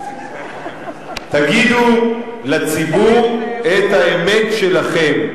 תגידו לציבור את האמת שלכם.